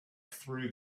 through